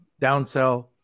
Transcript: downsell